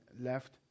left